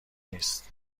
نیست